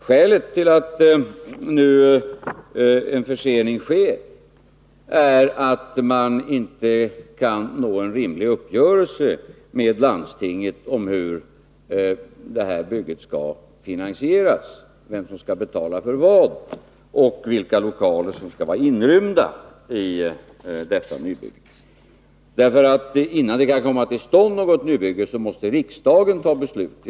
Skälet till förseningen är att man inte kan nå en rimlig uppgörelse med landstinget om hur bygget skall finansieras — vem som skall betala för vad och vilka lokaler som skall vara inrymda i bygget. Innan det kan komma till stånd något nybygge måste riksdagen fatta beslut.